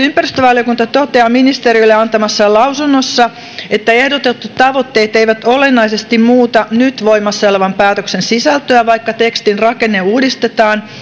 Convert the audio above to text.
ympäristövaliokunta toteaa ministeriölle antamassaan lausunnossa että ehdotetut tavoitteet eivät olennaisesti muuta nyt voimassa olevan päätöksen sisältöä vaikka tekstin rakenne uudistetaan